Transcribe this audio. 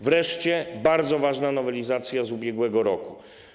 Wreszcie bardzo ważna nowelizacja z ubiegłego roku.